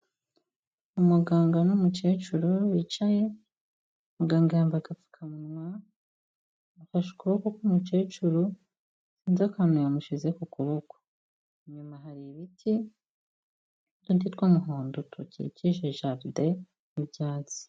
Umuganga n'umukecuru bicaye, muganga yambaye agapfukamunwa, afashe ukuboko kw'umukecuru, sinzi akantu yamushyize ku kaboko, inyuma hari ibiti n'uduti tw'umuhondo dukikije jaride n'ibyatsi.